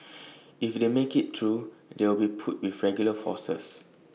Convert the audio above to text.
if they make IT through they'll be put with regular forces